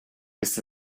ist